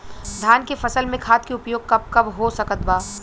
धान के फसल में खाद के उपयोग कब कब हो सकत बा?